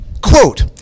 Quote